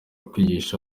kwigisha